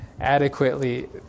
adequately